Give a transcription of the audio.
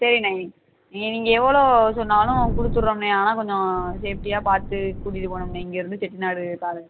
சரிண்ணே நீங்கள் எவ்வளோ சொன்னாலும் கொடுத்துட்றோண்ணே ஆனால் கொஞ்சம் சேஃப்டியாக பார்த்து கூட்டிகிட்டு போகணும்ண்ணே இங்கேயிருந்து செட்டிநாடு பேலஸ்